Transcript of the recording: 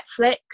Netflix